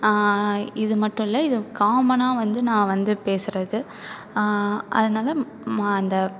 இது மட்டும் இல்லை இது காமனாக வந்து நான் வந்து பேசுகிறது அதனால் அந்த